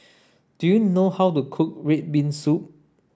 do you know how to cook red bean soup